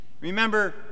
Remember